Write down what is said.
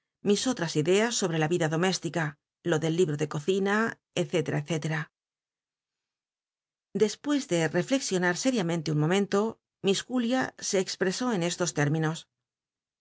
mis otras ideas solwc la l'ida doméstica lo del libro de cocina ele ele dcspucs de rellcxiona r sériamenlc un morn enlo miss julia se expresó en estos tér'minos